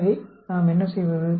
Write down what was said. எனவே நாம் என்ன செய்வது